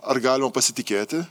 ar galima pasitikėti